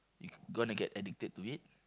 you gonna get addicted to it